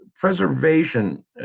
Preservation